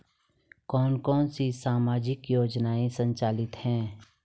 कौन कौनसी सामाजिक योजनाएँ संचालित है?